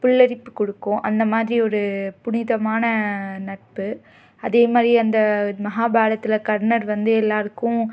புல்லரிப்பு கொடுக்கும் அந்த மாதிரி ஒரு புனிதமான நட்பு அதே மாதிரி அந்த மகாபாரதத்தில் கர்ணர் வந்து எல்லோருக்கும்